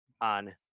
on